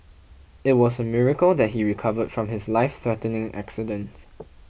it was a miracle that he recovered from his lifethreatening accident